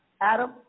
Adam